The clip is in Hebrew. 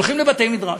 הולכים לבתי-מדרש.